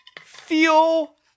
feel